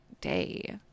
day